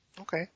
Okay